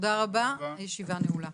תודה רבה, הישיבה נעולה.